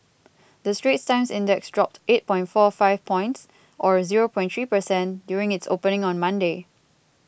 the Straits Times Index dropped eight point four five points or zero point three per cent during its opening on Monday